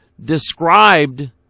described